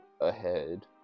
ahead